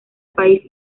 país